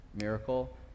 miracle